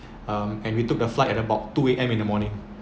um and we took a flight at about two A_M in the morning